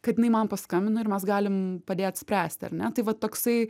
kad jinai man paskambino ir mes galim padėt spręsti ar ne tai va toksai